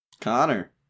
Connor